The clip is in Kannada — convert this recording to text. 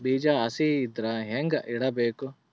ಬೀಜ ಹಸಿ ಇದ್ರ ಹ್ಯಾಂಗ್ ಇಡಬೇಕು?